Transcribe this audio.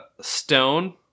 Stone